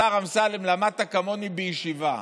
השר אמסלם, למדת כמוני בישיבה,